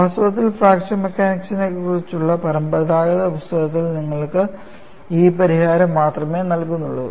വാസ്തവത്തിൽ ഫ്രാക്ചർ മെക്കാനിക്സിനെക്കുറിച്ചുള്ള പരമ്പരാഗത പുസ്തകങ്ങൾ നിങ്ങൾക്ക് ഈ പരിഹാരം മാത്രമേ നൽകുന്നുള്ളൂ